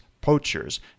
poachers